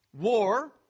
war